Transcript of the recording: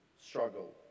struggle